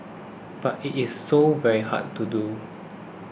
but it is so very hard to do